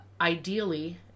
ideally